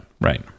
right